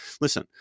listen